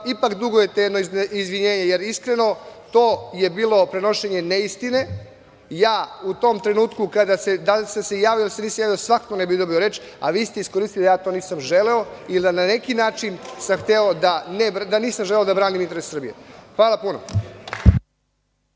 ipak dugujete jedno izvinjenje, jer iskreno to je bilo prenošenje neistine. Ja u tom trenutku, da li sam se javio ili se nisam javio, svakako ne bih dobio reč, a vi ste iskoristili da ja to nisam želeo ili da na neki način nisam želeo da branim interese Srbije. Hvala puno.